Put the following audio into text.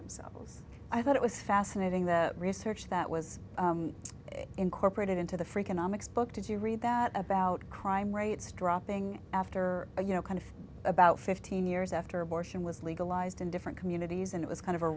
themselves i thought it was fascinating that research that was incorporated into the freakonomics book did you read that about crime rates dropping after a you know kind of about fifteen years after abortion was legalized in different communities and it was kind of a